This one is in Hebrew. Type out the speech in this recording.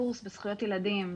קורס בזכויות ילדים,